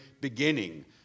beginning